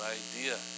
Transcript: idea